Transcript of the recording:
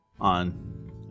on